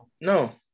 No